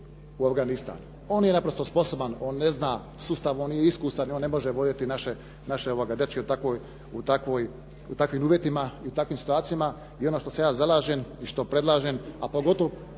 u Afganistan. On nije naprosto sposoban, on ne zna sustav, on nije iskusan i on ne može voditi naše dečke u takvim uvjetima i u takvim situacijama. I ono što se ja zalažem i što predlažem a pogotovo